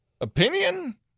opinion